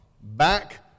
back